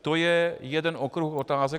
To je jeden okruh otázek.